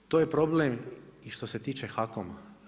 To je problem i što se tiče HAKOM-a.